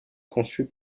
conçue